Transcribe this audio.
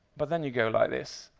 but then you go like this,